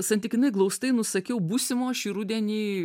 santykinai glaustai nusakiau būsimo šį rudenį